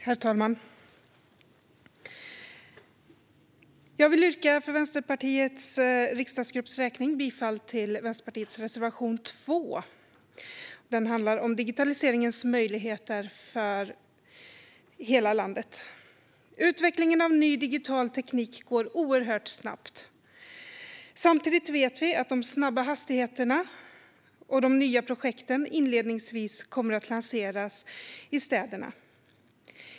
Herr talman! Jag yrkar för Vänsterpartiets riksdagsgrupps räkning bifall till Vänsterpartiets reservation 2. Den handlar om digitaliseringens möjligheter i hela landet. Utvecklingen av ny digital teknik går oerhört snabbt. Samtidigt vet vi att de höga hastigheterna och de nya projekten inledningsvis kommer att lanseras i städerna.